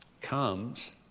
comes